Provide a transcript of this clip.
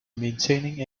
maintaining